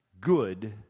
Good